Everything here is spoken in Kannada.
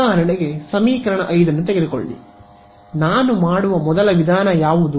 ಉದಾಹರಣೆಗೆ ಸಮೀಕರಣ 5 ಅನ್ನು ತೆಗೆದುಕೊಳ್ಳಿ ನಾನು ಮಾಡುವ ಮೊದಲ ವಿಧಾನ ಯಾವುದು